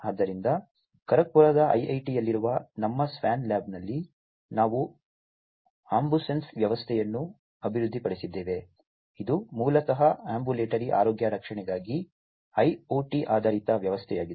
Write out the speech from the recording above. ಆದ್ದರಿಂದ ಖರಗ್ಪುರದ ಐಐಟಿಯಲ್ಲಿರುವ ನಮ್ಮ ಸ್ವಾನ್ ಲ್ಯಾಬ್ನಲ್ಲಿ ನಾವು ಆಂಬುಸೆನ್ಸ್ ವ್ಯವಸ್ಥೆಯನ್ನು ಅಭಿವೃದ್ಧಿಪಡಿಸಿದ್ದೇವೆ ಇದು ಮೂಲತಃ ಆಂಬ್ಯುಲೇಟರಿ ಆರೋಗ್ಯ ರಕ್ಷಣೆಗಾಗಿ ಐಒಟಿ ಆಧಾರಿತ ವ್ಯವಸ್ಥೆಯಾಗಿದೆ